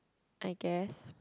I guess